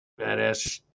badass